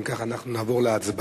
אם כך, אנחנו נעבור להצבעה.